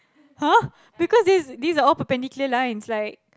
!huh! because this is these are all perpendicular lines like